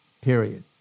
period